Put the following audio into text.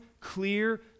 clear